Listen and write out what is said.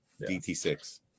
DT6